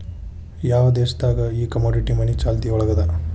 ಯಾವ್ ದೇಶ್ ದಾಗ್ ಈ ಕಮೊಡಿಟಿ ಮನಿ ಚಾಲ್ತಿಯೊಳಗದ?